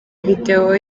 video